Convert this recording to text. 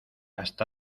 hasta